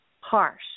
harsh